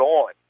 on